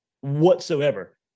whatsoever